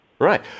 Right